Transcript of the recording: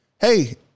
hey